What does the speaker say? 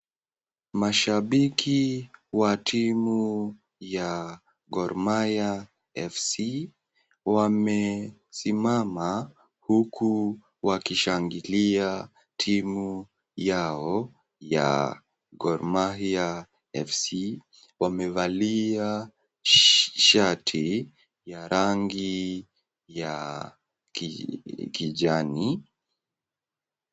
Mashabiki wa timu ya Gor Mahia FC wamesimama huku wakishangilia timu yao ya Gor Mahia FC . Wamevalia shati ya rangi ya kijani.